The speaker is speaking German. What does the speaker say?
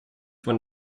von